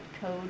code